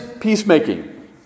peacemaking